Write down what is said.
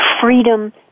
freedom